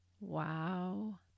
Wow